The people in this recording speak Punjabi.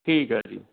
ਠੀਕ ਹੈ ਜੀ